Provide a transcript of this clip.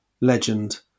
legend